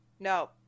no